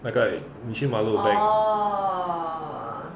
那个你去 milo pack